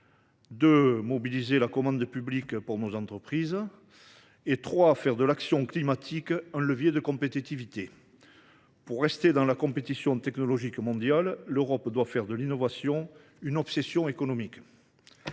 ; mobiliser la commande publique pour nos entreprises ; faire de l’action climatique un levier de compétitivité. Premier chantier : pour rester dans la compétition technologique mondiale, l’Europe doit faire de l’innovation une obsession économique.